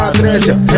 treasure